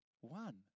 one